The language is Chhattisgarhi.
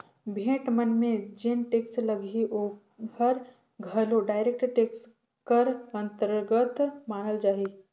भेंट मन में जेन टेक्स लगही ओहर घलो डायरेक्ट टेक्स कर अंतरगत मानल जाही